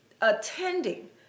attending